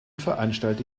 veranstalte